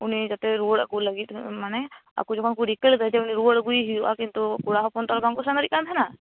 ᱩᱱᱤ ᱡᱮᱛᱮ ᱨᱩᱣᱟ ᱲ ᱟ ᱜᱩ ᱞᱟ ᱜᱤᱫ ᱦᱩᱸ ᱩ ᱢᱟᱱᱮ ᱟᱠᱚ ᱡᱚᱠᱷᱚᱱ ᱠᱚ ᱨᱤᱠᱟ ᱞᱮᱫᱟ ᱡᱮ ᱩᱱᱤ ᱨᱩᱣᱟ ᱲ ᱟ ᱜᱩᱭᱮ ᱦᱩᱭᱩᱜ ᱼᱟ ᱠᱤᱱᱛᱩ ᱠᱚᱲᱟᱦᱚᱯᱚᱱ ᱛᱚ ᱟᱨ ᱵᱟᱝᱠᱚ ᱥᱮᱱ ᱫᱟᱲᱮᱭᱟᱜ ᱠᱟᱱᱟ